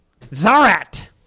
Zarat